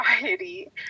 variety